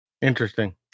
Interesting